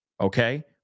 Okay